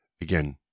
Again